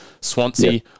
Swansea